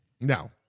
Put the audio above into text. No